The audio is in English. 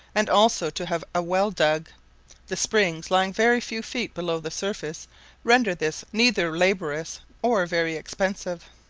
and also to have a well dug the springs lying very few feet below the surface renders this neither laborious or very expensive.